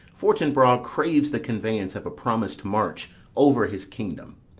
fortinbras craves the conveyance of a promis'd march over his kingdom.